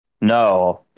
No